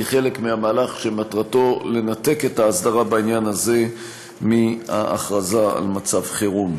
כחלק מהמלך שטרתו לנתק את ההסדרה בעניין הזה מהכרזה על מצב חירום.